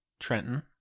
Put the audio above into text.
Trenton